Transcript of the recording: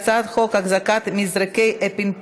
56 חברי כנסת בעד, אין מתנגדים, אין נמנעים.